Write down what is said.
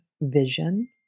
vision